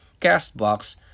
Castbox